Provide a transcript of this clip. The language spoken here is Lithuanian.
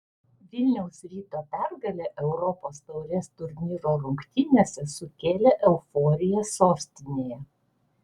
vilniaus ryto pergalė europos taurės turnyro rungtynėse sukėlė euforiją sostinėje